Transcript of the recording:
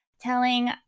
telling